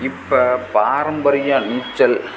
இப்போ பாரம்பரிய நீச்சல்